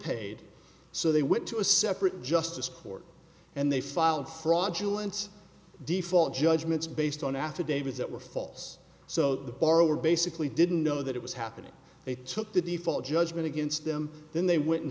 repaid so they went to a separate justice court and they filed fraudulent default judgments based on affidavits that were false so the borrower basically didn't know that it was happening they took the default judgment against them then they went and